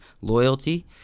loyalty